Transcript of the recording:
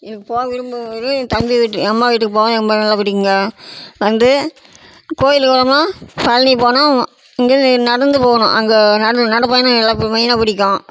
எனக்கு போக விரும்புவது என் தம்பி வீட்டு என் அம்மா வீட்டுக்கு போக ரொம்ப நல்லா பிடிக்குங்க வந்து கோவிலு போனோம்னா பழனி போனால் வ இங்கேருந்து நடந்து போகணும் அங்கே நடந்து நடைப்பயணம் எனக்கு மெயினாக பிடிக்கும்